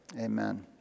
Amen